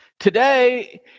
Today